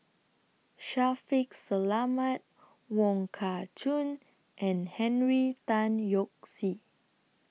Shaffiq Selamat Wong Kah Chun and Henry Tan Yoke See